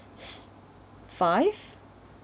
five